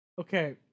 okay